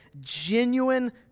genuine